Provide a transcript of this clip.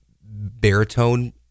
baritone